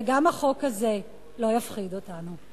וגם החוק הזה לא יפחיד אותנו.